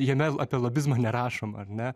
jame apie lobizmą nerašoma ar ne